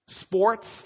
Sports